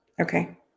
Okay